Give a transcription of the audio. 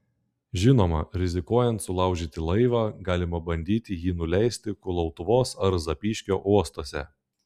žinoma rizikuojant sulaužyti laivą galima bandyti jį nuleisti kulautuvos ar zapyškio uostuose